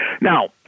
Now